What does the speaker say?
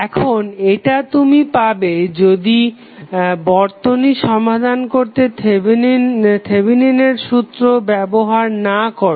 এখন এটা তুমি পাবে যদি বর্তনী সমাধান করতে থেভেনিনের সূত্র ব্যবহার না করো